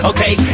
Okay